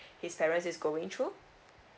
his parents is going through